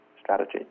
strategy